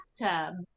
bathtub